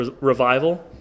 Revival